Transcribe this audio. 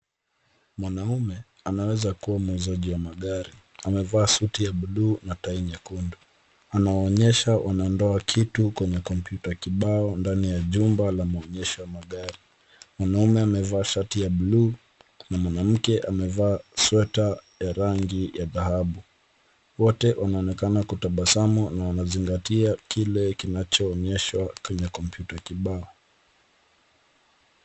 Mwanaume, anaweza kua muuzaji wa magari, amevaa suti ya blue , na tai nyekundu. Anawaonyesha wana ndoa kitu kwenye kompyuta kibao ndani ya jumba la maonyesho ya gari. Mwanaume amevaa shati ya blue , na mwanamke amevaa sweta ya rangi ya dhahabu. Wote wanonekana kutabasamu na wanazingatia kile kinachoonyeshwa kwenye kompyuta kibao.